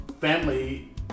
family